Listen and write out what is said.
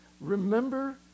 remember